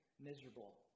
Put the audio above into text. miserable